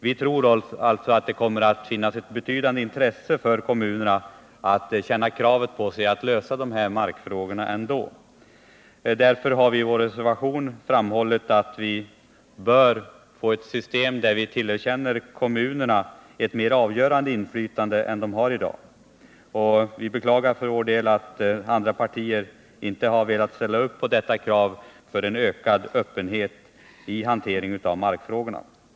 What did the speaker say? Vi tror alltså att kommunerna känner ansvar för att lösa markfrågorna. Därför har vi i vår reservation framhållit att systemet bör utformas så att kommunerna tillerkänns ett större inflytande än de har i dag. Vi beklagar för vår del att andra partier inte har velat ställa upp bakom detta krav på en ökad öppenhet i handläggningen av markfrågorna.